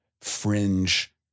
fringe